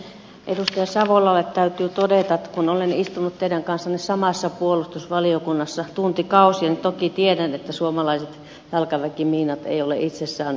edustaja savolalle täytyy todeta että kun olen istunut teidän kanssanne samassa puolustusvaliokunnassa tuntikausia niin toki tiedän että suomalaiset jalkaväkimiinat eivät ole itsessään ongelma